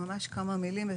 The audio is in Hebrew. ממש כמה מילים.